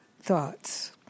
thoughts